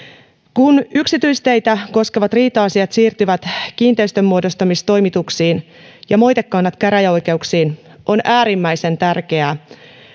kun yksityisteitä koskevat riita asiat siirtyvät kiinteistönmuodostamistoimituksiin ja moitekanteet käräjäoikeuksiin on äärimmäisen tärkeää